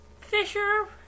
Fisher